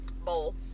bowl